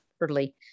early